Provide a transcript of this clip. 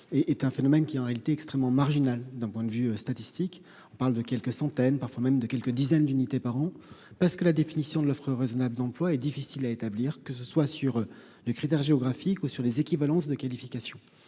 est un phénomène qui, en réalité extrêmement marginal, d'un point de vue statistique, on parle de quelques centaines, parfois même de quelques dizaines d'unités par an parce que la définition de l'offre raisonnable d'emploi est difficile à établir, que ce soit sur le critère géographique ou sur les équivalences de qualification,